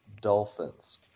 Dolphins